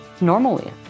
normally